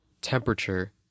temperature